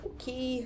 Okay